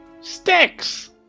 Sticks